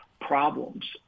problems